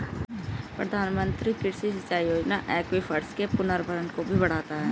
प्रधानमंत्री कृषि सिंचाई योजना एक्वीफर्स के पुनर्भरण को भी बढ़ाता है